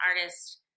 artist